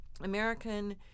American